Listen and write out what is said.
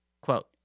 Quote